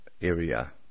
area